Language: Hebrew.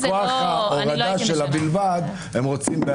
לכן מכוח ההורדה של ה"בלבד" הם רוצים בהסכמה.